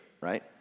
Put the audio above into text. right